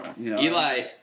Eli